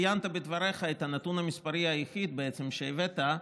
ציינת בדבריך את הנתון המספרי היחיד שהבאת,